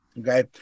okay